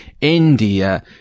India